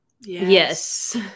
Yes